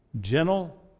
gentle